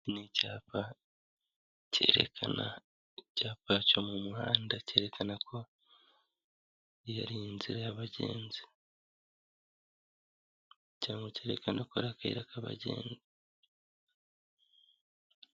Ni icyapa kerekana, icyapa cyo mu muhanda kerekana ko iyi ari inzira y'abagenzi, cyangwa kerekana ko ari akayira k'abagenzi.